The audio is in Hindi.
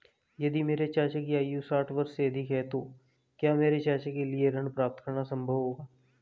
यदि मेरे चाचा की आयु साठ वर्ष से अधिक है तो क्या मेरे चाचा के लिए ऋण प्राप्त करना संभव होगा?